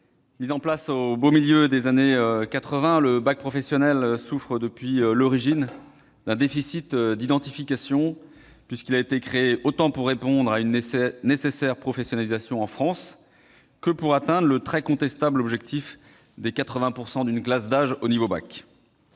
mis en place au milieu des années quatre-vingt, le bac professionnel souffre depuis l'origine d'un déficit d'identification, puisqu'il a été créé autant pour répondre à une nécessaire professionnalisation en France que pour atteindre le très contestable objectif des 80 % d'une classe d'âge au niveau du bac.